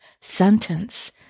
sentence